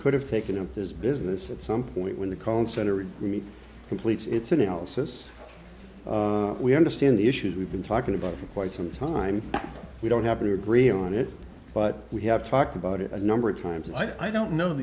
could have taken up this business at some point when the con center agreed completes its analysis we understand the issues we've been talking about for quite some time we don't have to agree on it but we have talked about it a number of times like i don't know